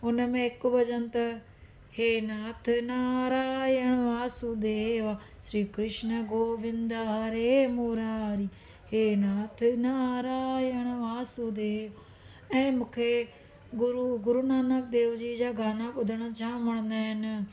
हुन में हिकु भॼनु त हे नाथ नारायण वासूदेवा श्री कृष्ण गोविंद हरे मुरारी हे नाथ नारायण वासूदेव ऐं मूंखे गुरू गुरू नानक देव जी जा गाना ॿुधणु जामु वणंदा आहिनि